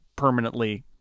permanently